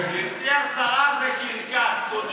גברתי השרה, זה קרקס, תודי.